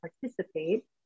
participate